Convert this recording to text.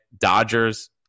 Dodgers